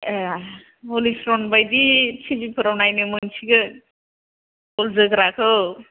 ए हलिसरन बायदि टिभिफोराव नायनो मोनसिगोन बल जोग्राखौ